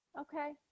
okay